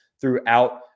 throughout